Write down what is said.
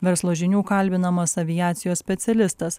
verslo žinių kalbinamas aviacijos specialistas